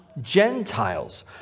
Gentiles